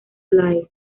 live